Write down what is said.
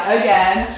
again